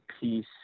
peace